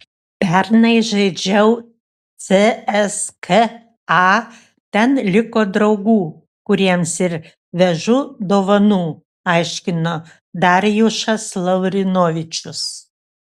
pernai žaidžiau cska ten liko draugų kuriems ir vežu dovanų aiškino darjušas lavrinovičius